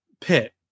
Pitt